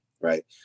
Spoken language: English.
right